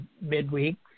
midweek